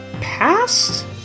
past